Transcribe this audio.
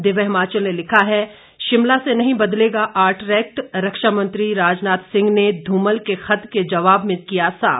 दिव्य हिमाचल ने लिखा है शिमला से नहीं बदलेगा आरट्रैक रक्षामंत्री राजनाथ सिंह ने धूमल के खत के जवाब में किया साफ